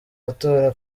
matora